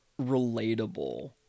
relatable